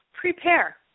prepare